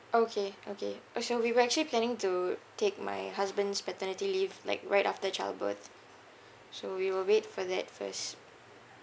okay okay uh so we were actually planning to take my husband's paternity leave like right after childbirth so we will wait for that first